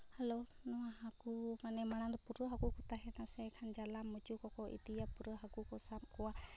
hello ᱱᱚᱣᱟ ᱦᱟᱹᱠᱩ ᱢᱟᱱᱮ ᱢᱟᱲᱟᱝ ᱫᱚ ᱯᱩᱨᱟᱹ ᱦᱟᱹᱠᱩ ᱠᱚ ᱛᱟᱦᱮᱱᱟ ᱥᱮ ᱮᱱᱠᱷᱟᱱ ᱡᱟᱞᱟᱢ ᱢᱩᱪᱩ ᱠᱚᱠᱚ ᱤᱫᱤᱭᱟ ᱯᱩᱨᱟᱹ ᱦᱟᱹᱠᱩ ᱠᱚ ᱥᱟᱵᱽ ᱠᱚᱣᱟ